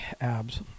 Abs